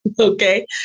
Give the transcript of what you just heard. Okay